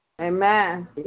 Amen